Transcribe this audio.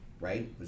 Right